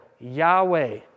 Yahweh